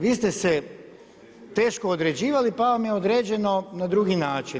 Vi ste se teško određivali pa vam je određeno na drugi način.